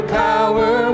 power